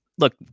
Look